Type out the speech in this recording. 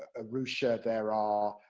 ah arusha, there ah